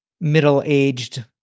middle-aged